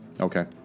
Okay